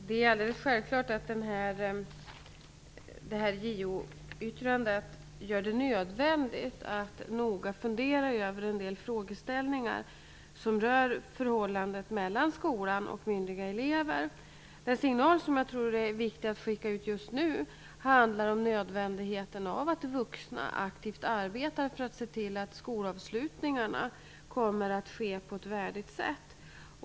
Fru talman! Det är alldeles klart att detta JO yttrande gör det nödvändigt att noga fundera över en del frågeställningar som rör förhållandet mellan skolan och myndiga elever. Den signal som jag tror att det just nu är viktigt att sända ut handlar om nödvändigheten av att vuxna aktivt arbetar för att se till att skolavslutningarna genomförs på ett värdigt sätt.